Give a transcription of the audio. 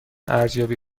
ارزیابی